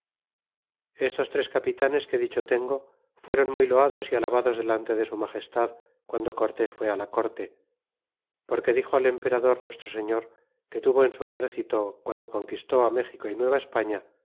estos tres capitanes que dicho tengo fueron muy loados y alabados delante de su magestad quando cortés fué a la corte porque dixo al emperador nuestro señor que tuvo en su exército guando conquistó it méxico y